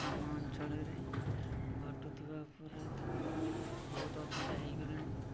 ଆମ ଅଞ୍ଚଳରେ ଘଟୁଥିବା ଅପରାଧ ବହୁତ ଅଧିକା ହେଇଗଲାଣି